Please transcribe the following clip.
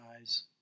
eyes